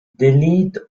delete